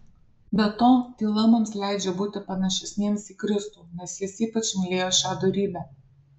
be to tyla mums leidžia būti panašesniems į kristų nes jis ypač mylėjo šią dorybę